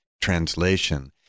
translation